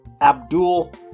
Abdul